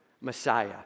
Messiah